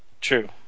True